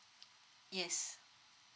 yes